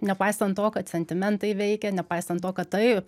nepaisant to kad sentimentai veikia nepaisant to kad taip